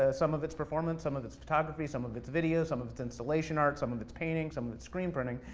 ah some of it's performance, some of it's photography, some of it's video, some of it's installation art, some of it's painting, some of it's screen printing.